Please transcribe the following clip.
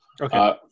Okay